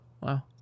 wow